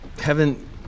Heaven